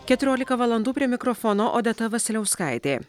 keturiolika valandų prie mikrofono odeta vasiliauskaitė